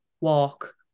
walk